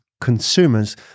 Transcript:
consumers